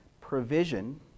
provision